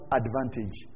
advantage